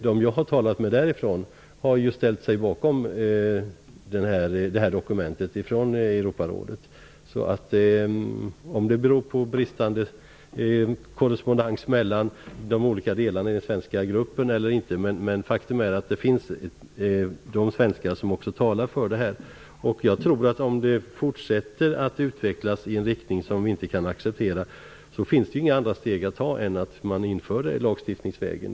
De jag har talat med därifrån har ställt sig bakom Europarådets dokument. Om det beror på bristande korrespondens mellan de olika delarna i den svenska gruppen vet jag inte, men faktum är att det finns de svenskar som också talar för detta. Om det fortsätter att utvecklas i en riktning som vi inte kan acceptera finns det inga andra steg att ta än lagstiftning.